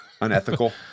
Unethical